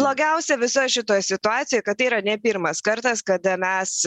blogiausia visoj šitoj situacijoj kad tai yra ne pirmas kartas kada mes